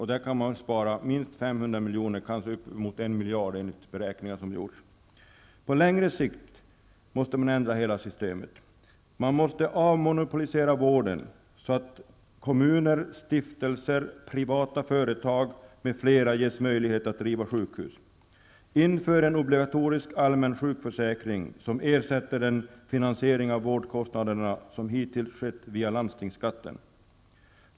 Därigenom kan man spara minst 500 milj.kr., kanske uppemot 1 miljard, enligt beräkningar som gjorts. På längre sikt måste man ändra hela systemet. Man måste avmonopolisera vården, så att kommuner, stiftelser, privata företag m.fl. ges möjlighet att driva sjukhus. Inför en obligatorisk allmän sjukförsäkring, som ersätter den finansiering av vårdkostnaderna som hittills skett via landstingsskatten!